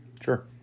Sure